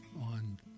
on